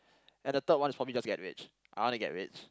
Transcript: and the third one is just for me to get rich I want to get rich